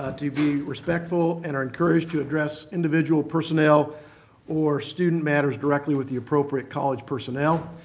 ah to be respectful, and are encouraged to address individual personnel or student matters directly with the appropriate college personnel.